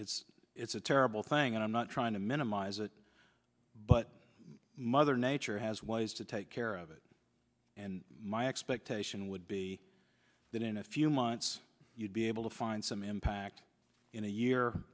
it's it's a terrible thing and i'm not trying to minimize it but mother nature has ways to take care of it and my expectation would be that in a few months you'd be able to find some impact in a year